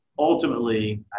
Ultimately